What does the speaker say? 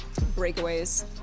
Breakaways